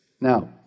Now